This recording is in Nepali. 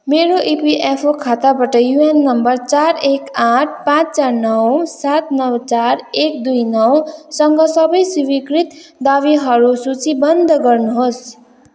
मेरो इपिएफओ खाताबाट युएन नम्बर चार एक आठ पाँच चार नौ सात नौ चार एक दुई नौ सँग सबै स्वीकृत दावीहरू सूचीबद्ध गर्नुहोस्